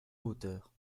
hauteur